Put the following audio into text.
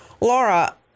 Laura